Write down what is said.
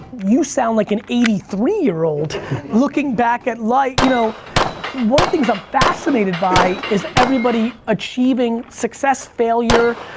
you sound like an eighty three year old looking back at life, you know one of the things i'm fascinated by is everybody achieving success failure,